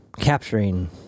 capturing